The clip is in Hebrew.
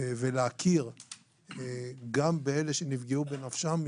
ולהכיר גם באלה שנפגעו בנפשם,